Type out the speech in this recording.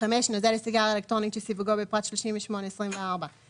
נוזל לסיגריה אלקטרונית שסיווגו בפרט 38.24.991000,